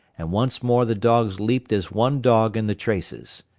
and once more the dogs leaped as one dog in the traces.